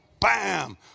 bam